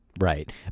Right